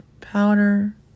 powder